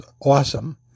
awesome